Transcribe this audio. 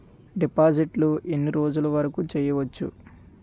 డిపాజిట్లు ఎన్ని రోజులు వరుకు చెయ్యవచ్చు?